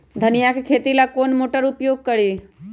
धनिया के खेती ला कौन मोटर उपयोग करी?